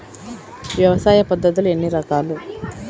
వ్యవసాయ పద్ధతులు ఎన్ని రకాలు?